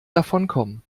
davonkommen